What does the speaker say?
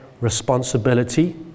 responsibility